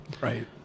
Right